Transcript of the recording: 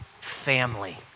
family